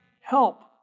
help